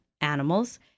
Animals